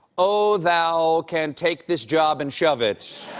oh, thou can take this job and shove it.